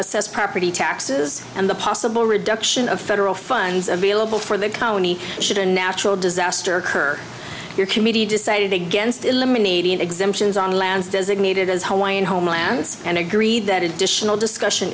assess property taxes and the possible reduction of federal funds available for the county should a natural disaster occur your committee decided against eliminating exemptions on lands designated as hawaiian homelands and agreed that additional discussion